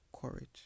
courage